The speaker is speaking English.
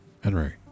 Henry